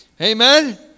Amen